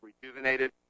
rejuvenated